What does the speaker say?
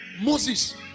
Moses